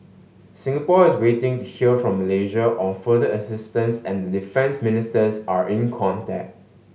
Singapore is waiting to hear from Malaysia on further assistance and the defence ministers are in contact